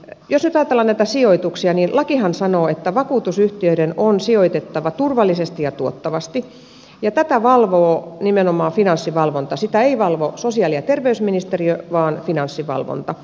jos nyt ajatellaan näitä sijoituksia niin lakihan sanoo että vakuutusyhtiöiden on sijoitettava turvallisesti ja tuottavasti ja tätä valvoo nimenomaan finanssivalvonta sitä ei valvo sosiaali ja terveysministeriö vaan finanssivalvonta